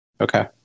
Okay